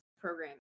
program